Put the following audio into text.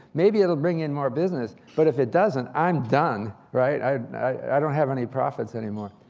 maybe it'll bring in more business. but if it doesn't, i'm done, right? i don't have any profits anymore.